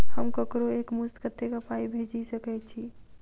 हम ककरो एक मुस्त कत्तेक पाई भेजि सकय छी?